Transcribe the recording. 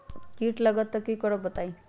कीट लगत त क करब बताई?